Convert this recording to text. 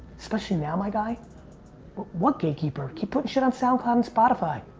especially now my guy what gatekeeper? keep putting shit on soundcloud and spotify.